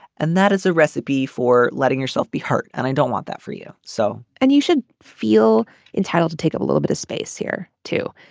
and that is a recipe for letting yourself be hurt. and i don't want that for you so and you should feel entitled to take a little bit of space here too.